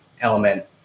element